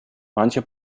manche